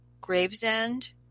Gravesend